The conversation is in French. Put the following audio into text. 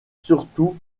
surtout